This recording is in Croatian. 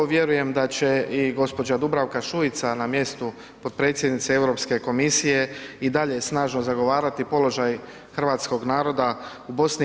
Vjerujem da će i gospođa Dubravka Šuica na mjestu potpredsjednice Europske komisije i dalje snažno zagovarati položaj hrvatskog naroda u BiH.